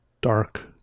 Dark